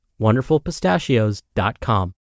WonderfulPistachios.com